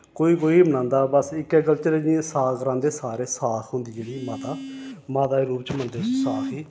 कोई कोई मनांदा बस इक्कै कल्चर ऐ जि'यां साख रांह्दे सारे साख होंदी जेह्ड़ी माता माता दे रूप च मनदे उस्स साख गी